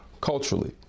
culturally